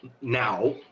now